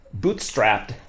bootstrapped